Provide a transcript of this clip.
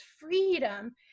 freedom